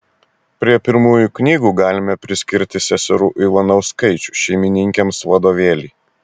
prie pirmųjų knygų galime priskirti seserų ivanauskaičių šeimininkėms vadovėlį